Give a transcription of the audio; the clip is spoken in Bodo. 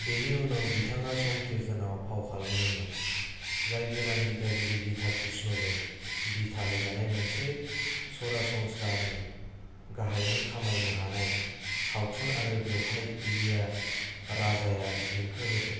बिनि उनाव बिथाङा संकीर्जनआव फाव खालामदोंमोन जाय गोदान दिथागिरि गीता कृष्णाजों दिथा होजानाय मोनसे सरासनस्रानि गाहायनि खामायनो हानाय सावथुन आरो बेवहाय इलिया राजाया देंखो होदों